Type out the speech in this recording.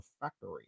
factory